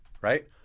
right